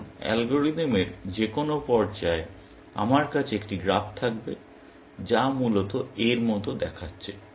এখন অ্যালগরিদমের যেকোন পর্যায়ে আমার কাছে একটি গ্রাফ থাকবে যা মূলত এর মতো দেখাচ্ছে